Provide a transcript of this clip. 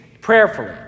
prayerfully